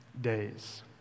days